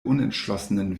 unentschlossenen